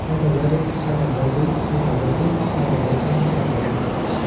सात हजार एक सात हजार दुई सात हजार तिन सात हजार चार सात हजार पाँच